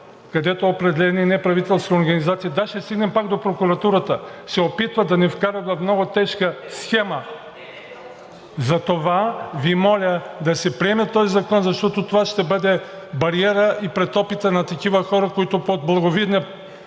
където определени неправителствени организации – да, ще стигнем пак до прокуратурата – се опитват да ни вкарат в много тежка схема. Затова Ви моля да се приеме този закон, защото това ще бъде бариера и пред опита на такива хора, които под благовидния